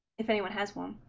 if anyone has won